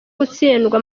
gutsindwa